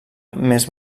més